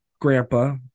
grandpa